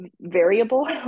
variable